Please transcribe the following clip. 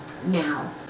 Now